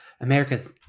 America's